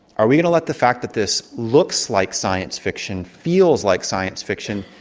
are we going to let the fact that this looks like science fiction, feels like science fiction,